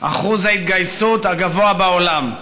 אחוז ההתגייסות הגבוה בעולם.